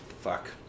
Fuck